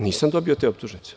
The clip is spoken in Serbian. Nisam dobio te optužnice.